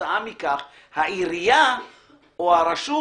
שכתוצאה מכך העירייה או הרשות